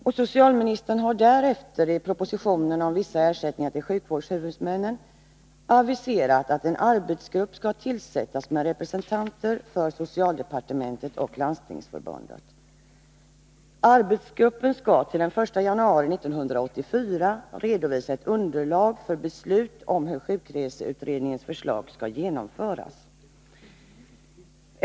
Och socialministern har därefter i propositionen om vissa ersättningar till sjukvårdshuvudmännen aviserat att en arbetsgrupp skall tillsättas med representanter för socialdepartementet och Landstingsförbundet. Arbetsgruppen skall till den 1 januari 1984 redovisa ett underlag för beslut om hur sjukreseutredningens förslag skall genomföras.